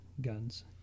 guns